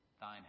thine